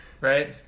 right